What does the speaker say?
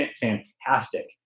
fantastic